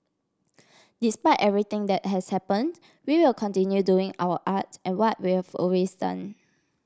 despite everything that has happened we will continue doing our art and what we've always done